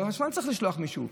גם חברת החשמל צריכה לשלוח מישהו,